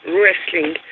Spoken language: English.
wrestling